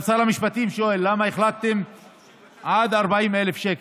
גם שר המשפטים שואל למה החלטתם עד 40,000,